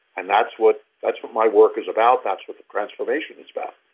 and that's what that's what my work is about. that's what the transformation is about.